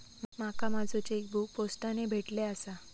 माका माझो चेकबुक पोस्टाने भेटले आसा